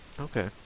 Okay